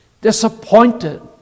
disappointed